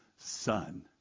Son